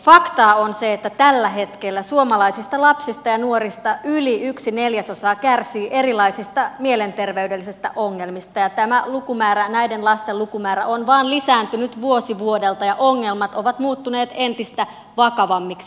faktaa on se että tällä hetkellä suomalaisista lapsista ja nuorista yli yksi neljäsosa kärsii erilaisista mielenterveydellisistä ongelmista ja näiden lasten lukumäärä on vain lisääntynyt vuosi vuodelta ja ongelmat ovat muuttuneet entistä vakavammiksi